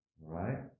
right